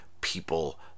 people